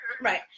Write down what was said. Right